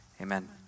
Amen